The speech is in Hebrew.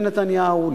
לנתניהו,